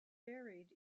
buried